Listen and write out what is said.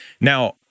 Now